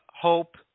Hope